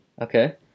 Okay